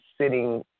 sitting